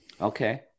Okay